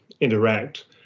interact